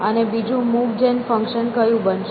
અને બીજું મૂવ જેન ફંક્શન કયું બનશે